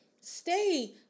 stay